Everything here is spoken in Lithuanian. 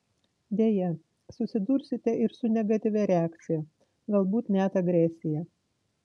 deja susidursite ir su negatyvia reakcija galbūt net agresija